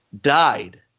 died